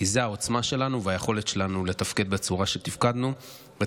כי אלה העוצמה שלנו והיכולת שלנו לתפקד בצורה שתפקדנו בה.